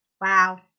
wow